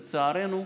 לצערנו,